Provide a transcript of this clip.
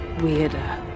weirder